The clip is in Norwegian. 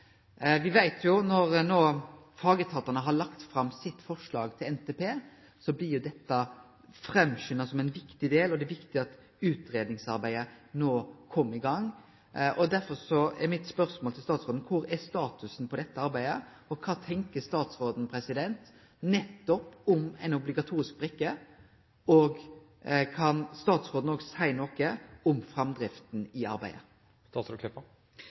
veit at når fagetatane no har lagt fram sitt forslag til NTP, blir dette framskunda som ein viktig del, og det er viktig at utgreiingsarbeidet no kjem i gang. Derfor er spørsmålet mitt til statsråden: Kva er statusen på dette arbeidet, og kva tenkjer statsråden om ei obligatorisk brikke? Kan statsråden også seie noko om framdrifta i arbeidet?